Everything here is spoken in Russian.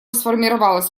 сформировалась